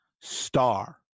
star